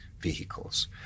vehicles